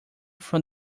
from